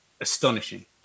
astonishing